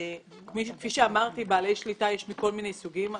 כפי שאמרתי, בעלי שליטה יש מכל מיני סוגים.